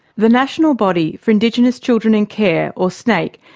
the national body for indigenous children in care, or snaicc,